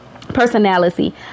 Personality